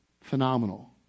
phenomenal